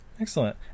Excellent